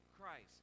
Christ